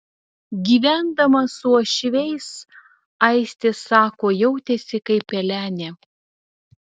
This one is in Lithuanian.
gyvendama su uošviais aistė sako jautėsi kaip pelenė